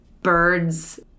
birds